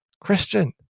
Christian